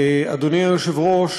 אדוני היושב-ראש,